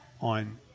on